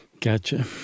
Gotcha